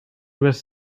was